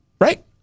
right